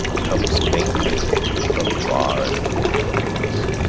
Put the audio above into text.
comes faintly from far in the lincoln woods.